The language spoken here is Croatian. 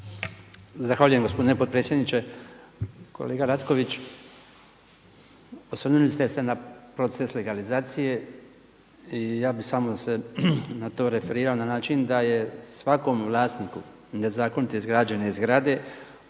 Zahvaljujem gospodine potpredsjedniče. Kolega Lacković, osvrnuli ste se na proces legalizacije i ja bih samo se na to referirao na način da je svakom vlasniku nezakonito izgrađene zgrade usprkos